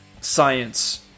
science